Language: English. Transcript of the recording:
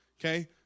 Okay